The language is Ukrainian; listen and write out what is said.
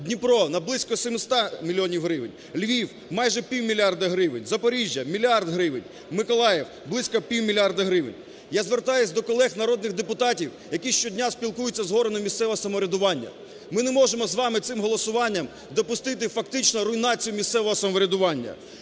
Дніпро – на близько 700 мільйонів гривень, Львів – майже півмільярда гривень, Запоріжжя – мільярд гривень, Миколаїв – близько півмільярда гривень. Я звертаюсь до колег народних депутатів, які щодня спілкуються з органами місцевого самоврядування. Ми не можемо з вами цим голосуванням допустити фактично руйнацію місцевого самоврядування.